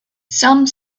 some